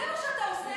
זה מה שאתה עושה?